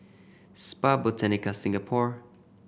Spa Botanica Singapore